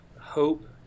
hope